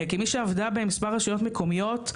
כמי שעבדה במספר רשויות מקומיות,